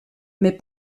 mais